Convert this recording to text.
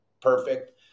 perfect